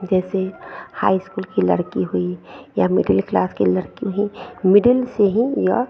जैसे high school की लड़की हुई या मिडिल क्लास की लड़की हुई मिडिल से ही यह